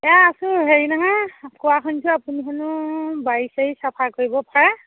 এ আছোঁ হেৰি নহয় কোৱা শুনিছোঁ আপুনি হেনো বাৰী চাৰী চাফা কৰিব পাৰে